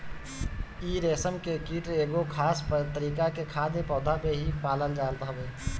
इ रेशम के कीट एगो खास तरीका के खाद्य पौधा पे ही पालल जात हवे